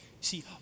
See